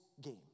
game